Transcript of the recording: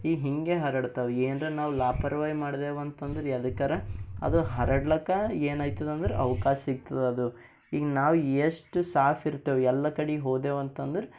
ಈಗ ಹಿಂಗೆ ಹರಡ್ತಾವ ಏನರ ನಾವು ಲಾಪರ್ವಾಯಿ ಮಾಡಿದೇವಂತಂದ್ರ ಯದಕ್ಕರ ಅದು ಹರಡ್ಲಿಕ್ಕ ಏನಾಯ್ತದಂದರೆ ಅವ್ಕಾಶ ಸಿಗ್ತದದು ಈಗ ನಾವು ಎಷ್ಟು ಸಾಫಿರ್ತೇವೆ ಎಲ್ಲ ಕಡೆ ಹೋದೆವಂತಂದ್ರ